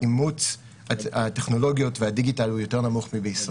ואימוץ הטכנולוגיות והדיגיטל יותר נמוך מישראל.